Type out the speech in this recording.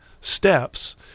steps